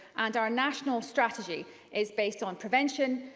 and our national strategy is based on prevention,